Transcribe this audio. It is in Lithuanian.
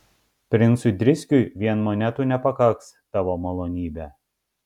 princui driskiui vien monetų nepakaks tavo malonybe